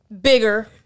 bigger